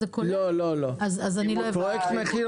פרויקט מחיר